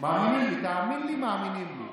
מאמינים לי,